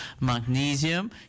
magnesium